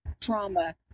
trauma